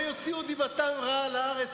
ויוציאו דיבתם רעה על הארץ,